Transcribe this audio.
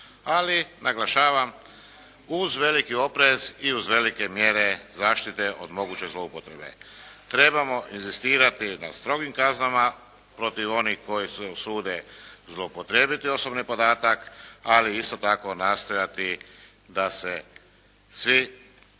ali naglašavam uz veliki oprez i uz velike mjere zaštite od moguće zloupotrebe. Trebamo inzistirati na strogim kaznama protiv onih koji se usude zloupotrijebiti osobni podatak, ali isto tako nastojati da se svi